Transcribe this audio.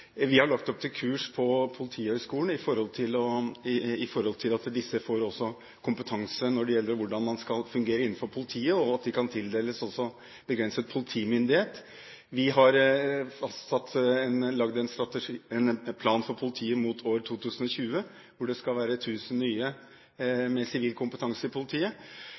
Vi har lagt opp til kurs på Politihøgskolen for å gi dem kompetanse i hvordan man skal fungere innenfor politiet, og slik at de også skal kunne tildeles begrenset politimyndighet. Vi har laget en plan for politiet mot 2020 hvor det skal være 1 000 nye med sivil kompetanse i politiet,